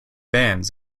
bands